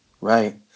Right